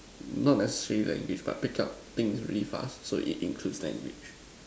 not necessary language things very fast so it includes language